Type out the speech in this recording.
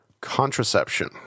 contraception